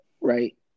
Right